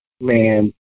man